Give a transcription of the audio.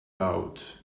out